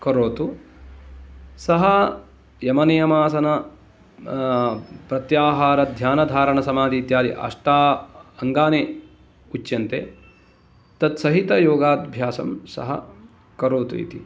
करोतु सः यमनियम आसन आ प्रत्याहाध्यानधारणसमाधीत्यादि अष्टाङ्गानि उच्यन्ते तत् सहित योगाभ्यासं सः करोतु इति